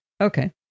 Okay